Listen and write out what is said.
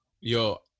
Yo